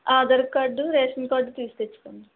Aadhaar card ration card తీసి తెచ్చుకోండి